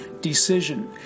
Decision